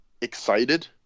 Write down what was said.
excited